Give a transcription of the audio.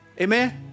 Amen